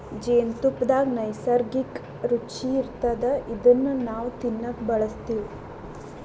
ಜೇನ್ತುಪ್ಪದಾಗ್ ನೈಸರ್ಗಿಕ್ಕ್ ರುಚಿ ಇರ್ತದ್ ಇದನ್ನ್ ನಾವ್ ತಿನ್ನಕ್ ಬಳಸ್ತಿವ್